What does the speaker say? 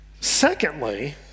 Secondly